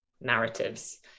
narratives